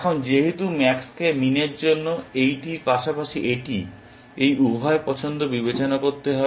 এখন যেহেতু ম্যাক্স কে মিন এর জন্য এইটির পাশাপাশি এটি এই উভয় পছন্দ বিবেচনা করতে হবে